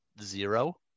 zero